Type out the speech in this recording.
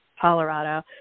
Colorado